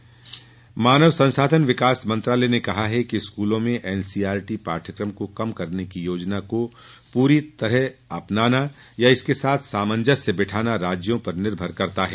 लोकसभा मानव संसाधन विकास मंत्रालय ने कहा है कि स्कूलों में एनसीईआरटी पाठ्यक्रम को कम करने की योजना को पूरी तरह अपनाना या इसके साथ सामंजस्य बिठाना राज्यों पर निर्भर करता है